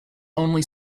only